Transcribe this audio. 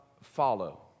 follow